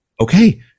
okay